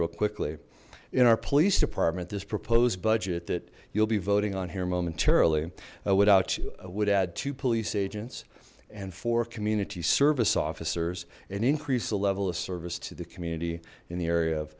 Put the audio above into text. real quickly in our police department this proposed budget that you'll be voting on here momentarily without you would add two police agents and four community service officers and increase the level of service to the community in the area of